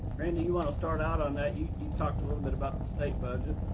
randy you want to start out on that? you you talked a little bit about the state budget.